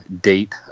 date